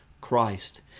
Christ